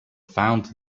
found